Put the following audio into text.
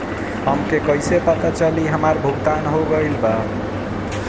हमके कईसे पता चली हमार भुगतान हो गईल बा?